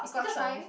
you got try